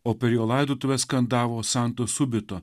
o per jo laidotuves skandavo santo subito